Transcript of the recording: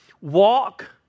Walk